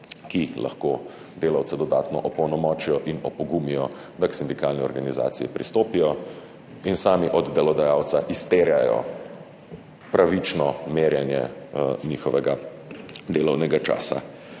ki lahko delavce dodatno opolnomočijo in opogumijo, da pristopijo k sindikalni organizaciji in sami od delodajalca izterjajo pravično merjenje njihovega delovnega časa.